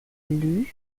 luye